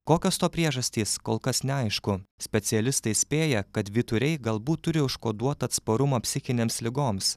kokios to priežastys kol kas neaišku specialistai spėja kad vyturiai galbūt turi užkoduotą atsparumą psichinėms ligoms